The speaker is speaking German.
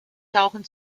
tauchen